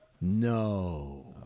No